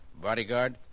Bodyguard